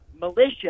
militia